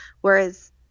whereas